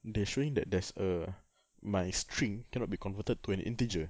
they're showing that there's a my string cannot be converted into an integer